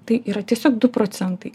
tai yra tiesiog du procentai